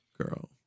Girl